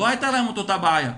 לא הייתה להם את אותה בעיה.